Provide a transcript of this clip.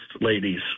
ladies